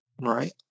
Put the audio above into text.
Right